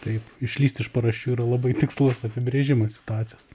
taip išlįst iš paraščių yra labai tikslus apibrėžimas situacijos